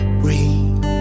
breathe